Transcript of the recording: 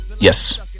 Yes